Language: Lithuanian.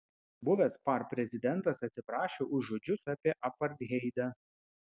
buvęs par prezidentas atsiprašė už žodžius apie apartheidą